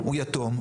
הוא יתום.